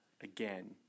again